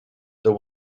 there